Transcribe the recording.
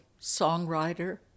songwriter